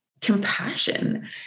compassion